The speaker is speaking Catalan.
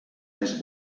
més